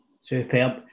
Superb